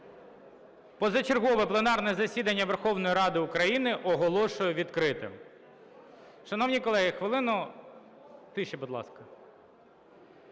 Позачергове пленарне засідання Верховної Ради України оголошую відкритим.